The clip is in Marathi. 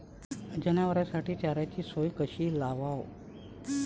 जनावराइसाठी चाऱ्याची सोय कशी लावाव?